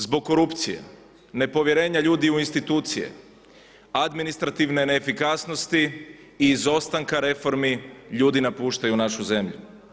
Zbog korupcije, nepovjerenja ljudi u institucije, administrativne neefikasnosti, izostanka reformi ljudi napuštaju našu zemlju.